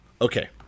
Okay